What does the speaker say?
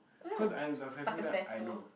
cause I am successful then I know